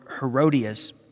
Herodias